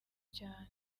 cyane